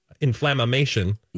inflammation